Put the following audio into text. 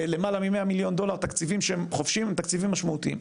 למעלה ל-100 מיליון דולר תקציבים שהם חופשים הם תקציבים משמעותיים.